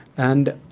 and